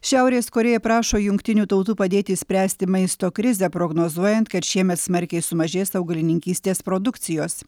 šiaurės korėja prašo jungtinių tautų padėti išspręsti maisto krizę prognozuojant kad šiemet smarkiai sumažės augalininkystės produkcijos